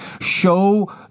Show